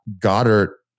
Goddard